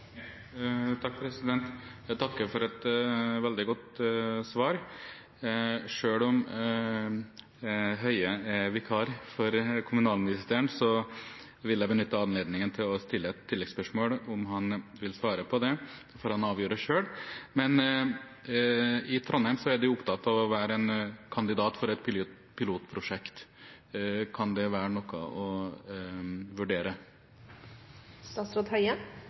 Jeg takker for et veldig godt svar. Selv om Høie er vikar for kommunalministeren, vil jeg benytte anledningen til å stille et oppfølgingsspørsmål. Om han vil svare på det, får han avgjøre selv. I Trondheim er de opptatt av å være kandidat for et pilotprosjekt. Kan det være noe å vurdere?